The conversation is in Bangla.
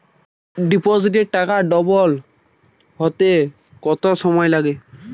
ডিপোজিটে টাকা ডবল হতে কত সময় লাগে?